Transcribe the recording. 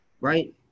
right